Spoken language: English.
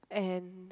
and